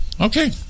Okay